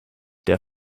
der